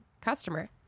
customer